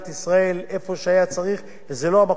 וזה לא המקום הראשון שבו הוא תרם.